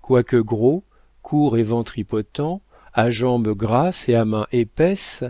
quoique gros court et ventripotent à jambes grasses et à mains épaisses